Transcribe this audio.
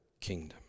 kingdom